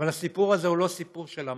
אבל הסיפור של המקרו,